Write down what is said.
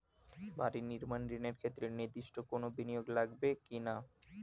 বাড়ি নির্মাণ ঋণের ক্ষেত্রে নির্দিষ্ট কোনো বিনিয়োগ লাগবে কি না?